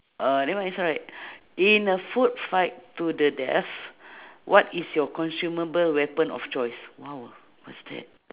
uh nevermind it's alright in a food fight to the death what is your consumable weapon of choice !wow! what's that